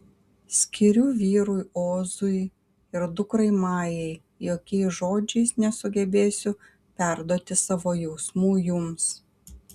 skiriu vyrui ozui ir dukrai majai jokiais žodžiais nesugebėsiu perduoti savo jausmų jums